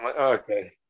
Okay